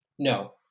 No